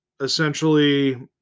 essentially